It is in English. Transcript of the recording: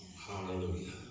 Hallelujah